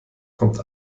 kommt